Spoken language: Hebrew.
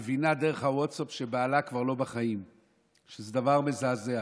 מבינה דרך הווטסאפ שבעלה כבר לא בחיים זה דבר מזעזע.